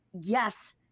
yes